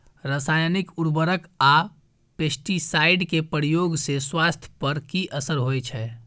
रसायनिक उर्वरक आ पेस्टिसाइड के प्रयोग से स्वास्थ्य पर कि असर होए छै?